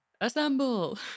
assemble